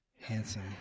handsome